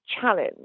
challenge